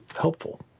helpful